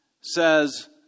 says